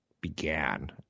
began